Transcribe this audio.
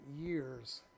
years